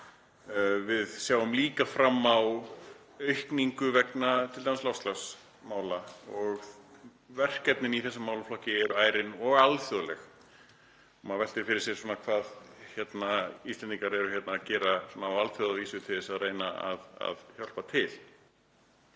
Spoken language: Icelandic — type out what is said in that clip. Við sjáum líka fram á aukningu, t.d. vegna loftslagsmála, og verkefnin í þessum málaflokki eru ærin og alþjóðleg. Maður veltir fyrir sér hvað Íslendingar eru að gera á alþjóðavísu til að reyna að hjálpa til.